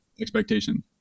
Expectation